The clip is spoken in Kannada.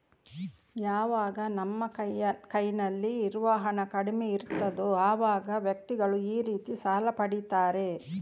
ಯಾವಾಗ ನಮ್ಮ ಕೈನಲ್ಲಿ ಇರುವ ಹಣ ಕಡಿಮೆ ಇರ್ತದೋ ಅವಾಗ ವ್ಯಕ್ತಿಗಳು ಈ ರೀತಿ ಸಾಲ ಪಡೀತಾರೆ